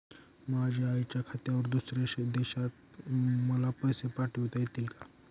माझ्या आईच्या खात्यावर दुसऱ्या देशात मला पैसे पाठविता येतील का?